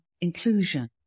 inclusion